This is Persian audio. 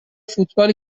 فوتبالی